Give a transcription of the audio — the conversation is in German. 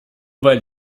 weil